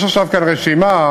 יש עכשיו כאן רשימה.